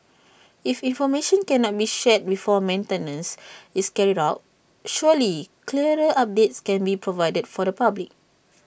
if information can not be shared before maintenance is carried out surely clearer updates can be provided for the public